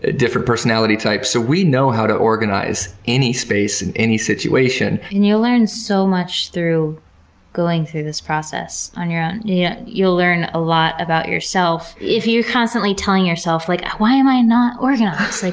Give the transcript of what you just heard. ah different personality types, so we know how to organize any space in any situation. and you'll learn so much through going through this process on your own. yeah you'll learn a lot about yourself. if you're constantly telling yourself, like ah why am i not organized?